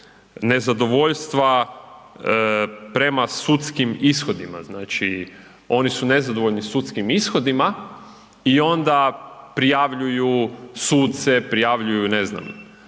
nezadovoljstva prema sudskim ishodima, znači oni su nezadovoljni sudskim ishodima i onda prijavljuju suce, prijavljuju, ne znam,